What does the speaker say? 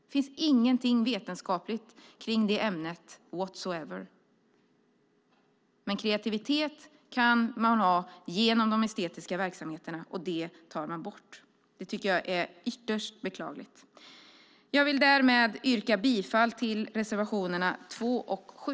Det finns inget vetenskapligt med det ämnet whatsoever! Men kreativitet kan man ha genom de estetiska verksamheterna, och det tar man bort. Det tycker jag är ytterst beklagligt. Jag vill därmed yrka bifall till reservationerna 2 och 7.